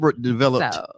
developed